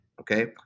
Okay